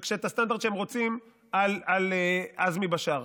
ואת הסטנדרט שהם רוצים על עזמי בשארה?